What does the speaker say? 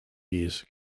years